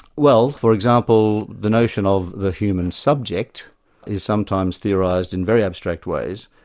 well, for example, the notion of the human subject is sometimes theorised in very abstract ways,